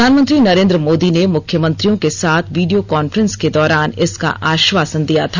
प्रधानमंत्री नरेंद्र मोदी ने मुख्यमंत्रियों के साथ वीडियो कॉन्फ्रेंस के दौरान इसका आश्वासन दिया था